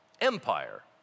empire